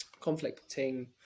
conflicting